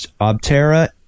Obtera